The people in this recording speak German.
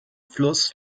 fluss